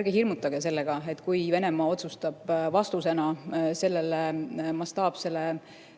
ärge hirmutage sellega, et kui Venemaa otsustab vastusena sellele mastaapsele